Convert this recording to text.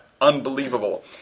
Unbelievable